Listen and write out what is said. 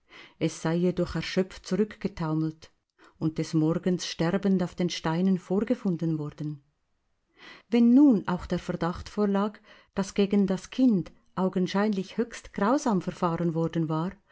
es sei jedoch erschöpft zurückgetaumelt und des morgens sterbend auf den steinen vorgefunden worden wenn nun auch der verdacht vorlag daß gegen das kind augenscheinlich höchst grausam verfahren worden war